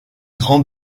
grand